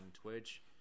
Twitch